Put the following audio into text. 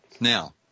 Now